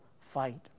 fight